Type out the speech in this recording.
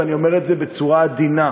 ואני אומר את זה בצורה עדינה.